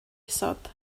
isod